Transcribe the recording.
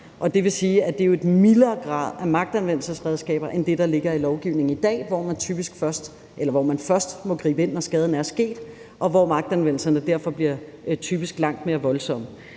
Det vil sige, at det er et mildere magtanvendelsesredskab end det, der ligger i lovgivningen i dag, hvor man først må gribe ind, når skaden er sket, og hvor magtanvendelsen derfor typisk bliver langt mere voldsom.